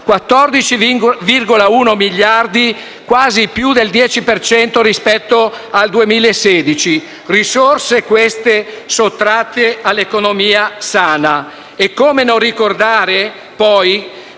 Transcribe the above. (14,1 miliardi, quasi più del 10 per cento rispetto al 2016); risorse queste sottratte all'economia sana. E come non ricordare poi